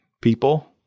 people